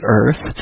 earth